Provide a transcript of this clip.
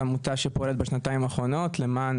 שהיא עמותה שפועלת בשנתיים האחרונות למען